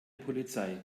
polizei